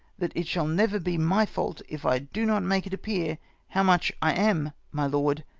that it shall never be my fault if i do not make it appear how much i am, my lord,